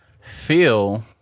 feel